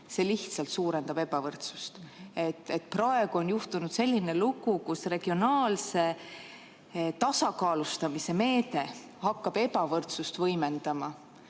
See lihtsalt suurendab ebavõrdsust. Praegu on juhtunud selline lugu, kus regionaalse tasakaalustamise meede hakkab ebavõrdsust võimendama.